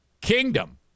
kingdom